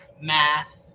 math